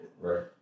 right